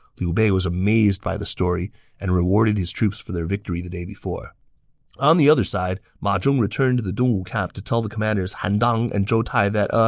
liu bei was amazed by the story and rewarded his troops for their victory the day before on the other side, ma zhong returned to the dongwu camp to tell the commanders han dang and zhou tai that ah,